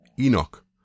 Enoch